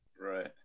Right